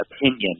opinion